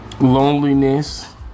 Loneliness